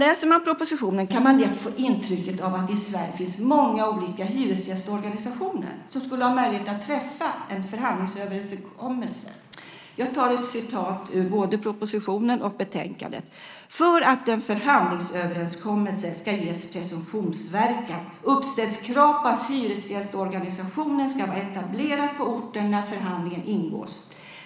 Läser man propositionen kan man lätt få det intrycket att det i Sverige finns många olika hyresgästorganisationer som skulle ha möjlighet att träffa en förhandlingsöverenskommelse. Jag tar ett citat ur både propositionen och betänkandet: "För att en förhandlingsöverenskommelse skall ges presumtionsverkan uppställs krav på att hyresgästorganisationen skall vara etablerad på orten när förhandlingsöverenskommelsen ingås.